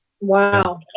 Wow